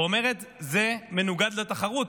ואומרת: זה מנוגד לתחרות,